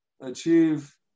achieve